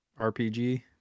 RPG